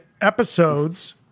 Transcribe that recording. episodes